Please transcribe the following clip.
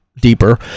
deeper